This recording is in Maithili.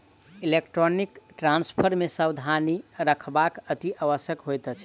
इलेक्ट्रौनीक ट्रांस्फर मे सावधानी राखब अतिआवश्यक होइत अछि